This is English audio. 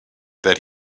that